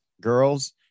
girls